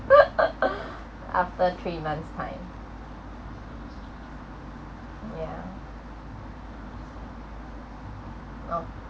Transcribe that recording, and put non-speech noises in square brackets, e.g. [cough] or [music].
[laughs] after three months time yeah no